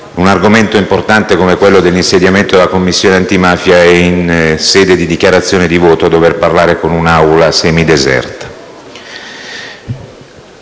un argomento importante come quello dell'insediamento della Commissione antimafia, in sede di dichiarazione di voto, dover parlare con un'Aula semideserta.